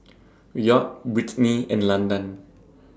Wyatt Brittny and Landan